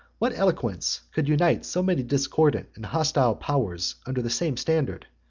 what eloquence could unite so many discordant and hostile powers under the same standard?